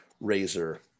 Razor